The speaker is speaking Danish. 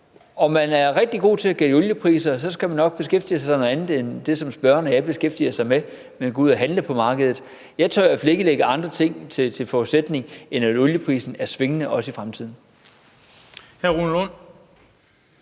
er man rigtig god til at gætte oliepriser, skal man nok beskæftige sig med noget andet end det, spørgeren og jeg beskæftiger os med, og så gå ud og handle på markedet. Jeg tør i hvert fald ikke have andre ting som forudsætning, end at olieprisen er svingende også i fremtiden.